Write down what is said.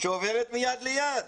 שעוברת מיד ליד.